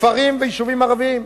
כפרים ויישובים ערביים.